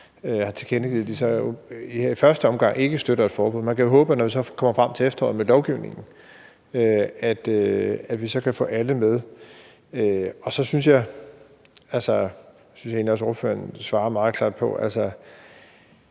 har tilkendegivet, at de så her i første omgang ikke støtter et forbud. Man kan jo håbe, når vi så kommer frem til efteråret med lovgivningen, at vi kan få alle med. Og så synes jeg egentlig, at ordføreren også svarede meget klart på det.